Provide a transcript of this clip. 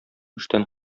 эштән